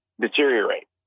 deteriorate